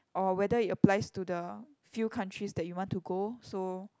or whether it applies to the few countries that you want to go so